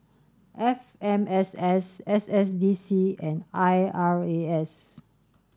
F M S S S S D C and I R A S